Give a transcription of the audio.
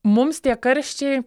mums tie karščiai